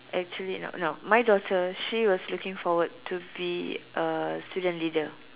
actually no no my daughter she was looking forward to be a student leader